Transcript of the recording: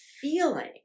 feeling